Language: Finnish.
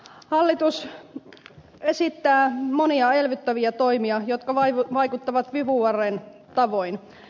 hallitus esittää monia elvyttäviä toimia jotka vaikuttavat vipuvarren tavoin